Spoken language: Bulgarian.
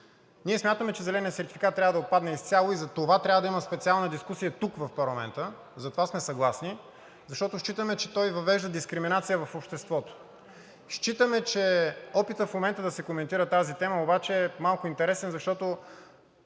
Ние смятаме, че зеленият сертификат трябва да отпадне изцяло и за това трябва да има специална дискусия тук в парламента. Затова сме съгласни, защото считаме, че той въвежда дискриминация в обществото. Считаме, че опитът в момента да се коментира тази тема обаче е малко интересен, защото